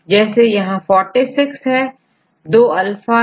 जैसे यहां 4 है दो अल्फा दो बीटा यह टेट्रामर है